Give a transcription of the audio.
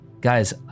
Guys